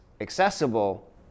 accessible